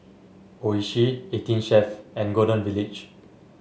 Oishi Eighteen Chef and Golden Village